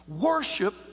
Worship